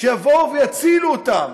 שיבואו ויצילו אותם.